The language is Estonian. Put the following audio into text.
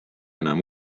enam